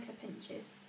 pinches